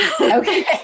okay